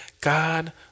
God